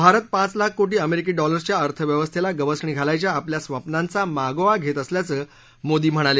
भारत पाच लाख कोटी अमेरिकी डॉलर्सच्या अर्थव्यवस्थेला गवसणी घालायच्या आपल्या स्वप्नांचा मागोवा घेत असल्याचं मोदी यांनी सांगितलं